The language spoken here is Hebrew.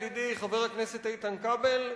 ידידי חבר הכנסת איתן כבל,